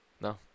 no